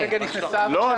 לא.